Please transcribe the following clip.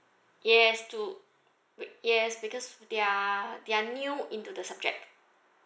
yes to wait yes because they're they're new into the subject